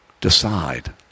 decide